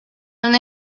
una